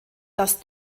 das